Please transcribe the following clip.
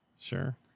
Sure